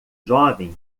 jovem